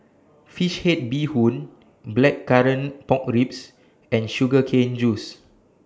Fish Head Bee Hoon Blackcurrant Pork Ribs and Sugar Cane Juice